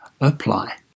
apply